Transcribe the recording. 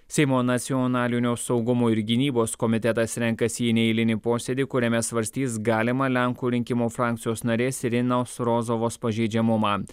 seimo nacionalinio saugumo ir gynybos komitetas renkasi į neeilinį posėdį kuriame svarstys galimą lenkų rinkimo frakcijos narės irinos rozovos pažeidžiamumą